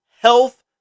Health